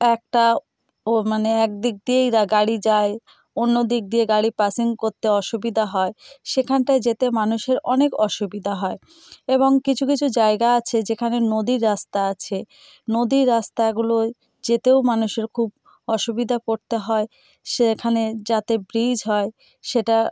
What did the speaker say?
একটা ও মানে একদিক দিয়েই গাড়ি যায় অন্য দিক দিয়ে গাড়ি পাসিং করতে অসুবিধা হয় সেখানটায় যেতে মানুষের অনেক অসুবিধা হয় এবং কিছু কিছু জায়গা আছে যেখানে নদীর রাস্তা আছে নদীর রাস্তাগুলো যেতেও মানুষের খুব অসুবিধা পড়তে হয় সেখানে যাতে ব্রিজ হয় সেটা